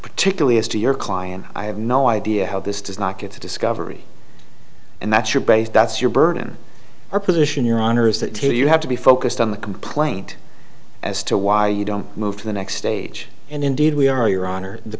particularly as to your client i have no idea how this does not get to discovery and that's your base that's your burden or position your honor is that to you have to be focused on the complaint as to why you don't move to the next stage and indeed we are your honor the